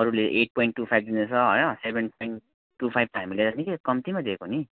अरूले eight point two five दिँदैछ हैन सेभेन पोइन्ट टु फाइभ त हामीले निकै कम्तीमा दिएको नि